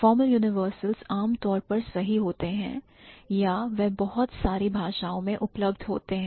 Formal universals आमतौर पर सही होते हैं या वह बहुत सारी भाषाओं में उपलब्ध होते हैं